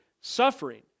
suffering